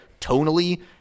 tonally